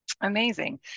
amazing